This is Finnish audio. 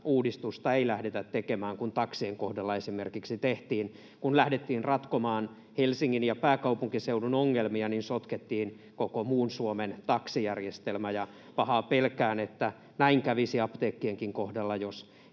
uudistusta ei lähdetä tekemään kuin esimerkiksi taksien kohdalla tehtiin: kun lähdettiin ratkomaan Helsingin ja pääkaupunkiseudun ongelmia, sotkettiin koko muun Suomen taksijärjestelmä, ja pahaa pelkään, että näin kävisi apteekkienkin kohdalla,